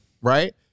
Right